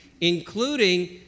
including